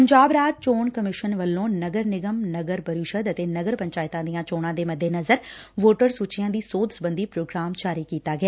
ਪੰਜਾਬ ਰਾਜ ਚੋਣ ਕਮਿਸ਼ਨਰ ਵੱਲੋਂ ਨਗਰ ਨਿਗਮ ਨਗਰ ਪਰਿਸ਼ਦ ਅਤੇ ਨਗਰ ਪੰਚਾਇਤਾਂ ਦੀਆਂ ਚੋਣਾਂ ਦੇ ਮੱਦੇਨਜ਼ਰ ਵੋਟਰ ਸੂਚੀਆਂ ਦੀ ਸੋਧ ਸਬੰਧੀ ਪ੍ਰੋਗਰਾਮ ਜਾਰੀ ਕੀਤਾ ਗਿਆ